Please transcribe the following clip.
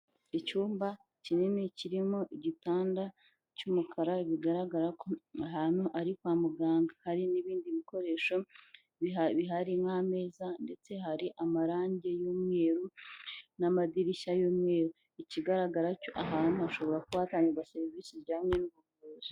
Icyumba kinini kirimo igitanda cy'umukara bigaragara ko aha hantu ari kwa muganga, hari n'ibindi bikoresho bihari nk'ameza ndetse hari amarangi y'umweru n'amadirishya y'umweru, ikigaragara cyo aha hantu hashobora kuba hatangirwa serivisi zijyanye n'ubuvuzi.